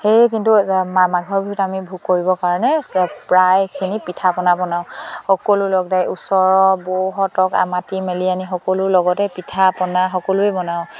সেয়ে কিন্তু মাঘৰ বিহুত আমি ভোগ কৰিবৰ কাৰণে প্ৰায়খিনি পিঠা পনা বনাওঁ সকলো লগতে ওচৰৰ বৌহঁতক আমাটি মেলি আনি সকলো লগতে পিঠা পনা সকলোৱে বনাওঁ